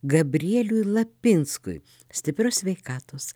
gabrieliui lapinskui stiprios sveikatos